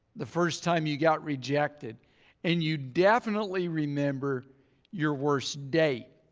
the first time you got rejected and you definitely remember your worst date.